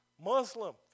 Muslim